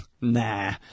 nah